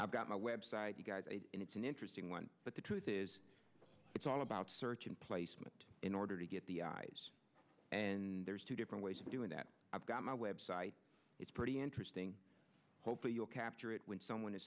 i've got my website and it's an interesting one but the truth is it's all about searching placement in order to get the eyes there's two different ways of doing that i've got my website it's pretty interesting hopefully you'll capture it when someone is